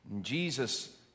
Jesus